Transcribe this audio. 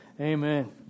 Amen